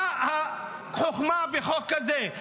מה החוכמה בחוק כזה?